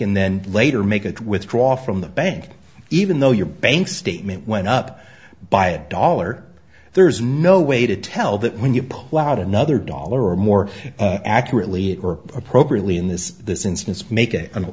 and then later make it withdraw from the bank even though your bank statement went up by a dollar there's no way to tell that when you pull out another dollar or more accurately or appropriately in this this instance make it